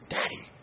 Daddy